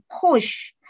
push